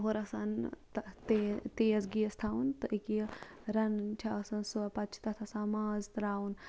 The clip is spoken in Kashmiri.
تہٕ ہورٕ آسان تیز گیس تھاوُن تہٕ اکیاہ یہِ رَنُن چھُ آسان سُہ پَتہٕ چھُ تَتھ آسان ماز تراوُن